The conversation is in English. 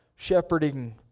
shepherding